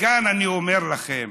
מכאן אני אומר לכם